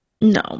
No